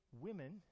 women